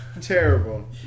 terrible